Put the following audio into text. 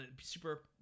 super